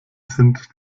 sind